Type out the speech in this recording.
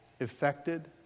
affected